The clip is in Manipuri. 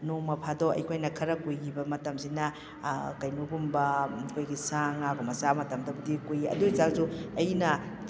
ꯅꯣꯡꯃ ꯐꯥꯗꯣꯛ ꯑꯩꯈꯣꯏꯅ ꯈꯔꯥ ꯀꯨꯏꯈꯤꯕ ꯃꯇꯝꯁꯤꯅ ꯀꯩꯅꯣꯒꯨꯝꯕ ꯑꯩꯈꯣꯏꯒꯤ ꯁꯥ ꯉꯥꯒꯨꯝꯕ ꯆꯥꯕ ꯃꯇꯝꯗꯗꯤ ꯀꯨꯏ ꯑꯗꯨꯑꯣꯏꯇꯥꯔꯁꯨ ꯑꯩꯅ